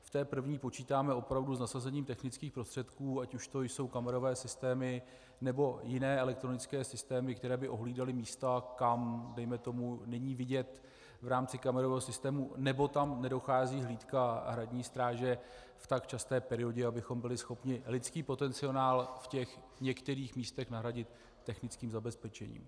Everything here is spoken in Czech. V té první počítáme opravdu s nasazením technických prostředků, ať už to jsou kamerové systémy, nebo jiné elektronické systémy, které by ohlídaly místa, kam dejme tomu není vidět v rámci kamerového systému nebo tam nedochází hlídka Hradní stráže v tak časté periodě, abychom byli schopni lidský potenciál v těch některých místech nahradit technickým zabezpečením.